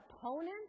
opponent